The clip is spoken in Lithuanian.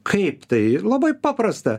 kaip tai labai paprasta